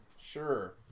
Sure